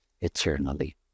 eternally